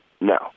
No